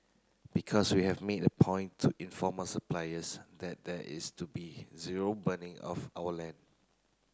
because we have made a point to inform our suppliers that there is to be zero burning of our land